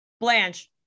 Blanche